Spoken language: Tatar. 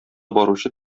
баручы